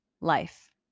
life